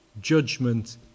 judgment